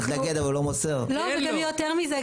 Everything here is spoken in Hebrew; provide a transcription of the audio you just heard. גם יותר מזה,